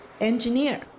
engineer